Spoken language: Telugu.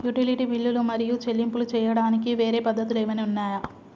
యుటిలిటీ బిల్లులు మరియు చెల్లింపులు చేయడానికి వేరే పద్ధతులు ఏమైనా ఉన్నాయా?